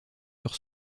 sur